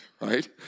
right